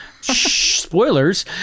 spoilers